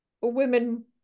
women